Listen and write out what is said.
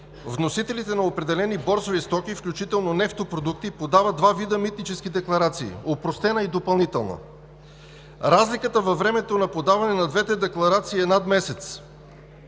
вносителите на определени борсови стоки, включително нефтопродукти, подават два вида митнически декларации – опростена и допълнителна. Разликата във времето на подаване на двете декларации е над месец,